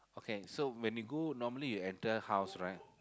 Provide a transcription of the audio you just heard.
okay so when you go normally you enter house right